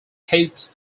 piet